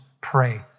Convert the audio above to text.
pray